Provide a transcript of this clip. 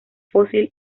fósil